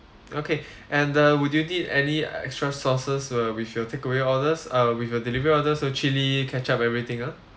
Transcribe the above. okay and uh would you need any uh extra sauces uh with your take away orders uh with a delivery order so chilli ketchup everything ah